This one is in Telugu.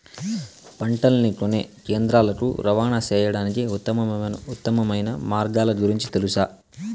పంటలని కొనే కేంద్రాలు కు రవాణా సేయడానికి ఉత్తమమైన మార్గాల గురించి తెలుసా?